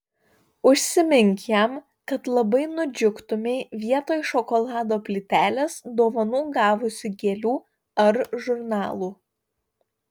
užsimink jam kad labai nudžiugtumei vietoj šokolado plytelės dovanų gavusi gėlių ar žurnalų